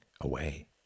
away